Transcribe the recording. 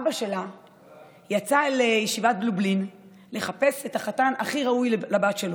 אבא שלה יצא לישיבת לובלין לחפש את החתן הכי ראוי לבת שלו,